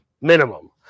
Minimum